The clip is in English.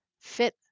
fit